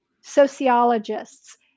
sociologists